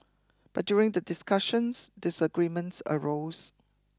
but during the discussions disagreements arose